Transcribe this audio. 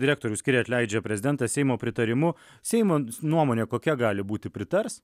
direktorių skiria atleidžia prezidentas seimo pritarimu seimo nuomonė kokia gali būti pritars